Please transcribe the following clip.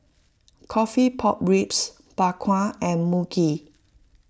Coffee Pork Ribs Bak Kwa and Mui Kee